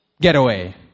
getaway